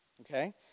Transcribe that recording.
Okay